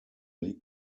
liegt